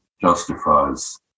justifies